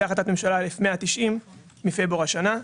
והחלטת ממשלה 1190 מפברואר השנה.